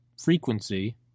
frequency